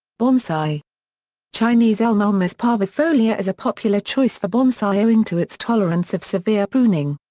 bonsai chinese elm ulmus parvifolia is a popular choice for bonsai owing to its tolerance of severe pruning.